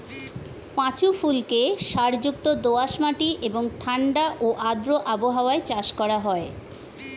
পাঁচু ফুলকে সারযুক্ত দোআঁশ মাটি এবং ঠাণ্ডা ও আর্দ্র আবহাওয়ায় চাষ করা হয়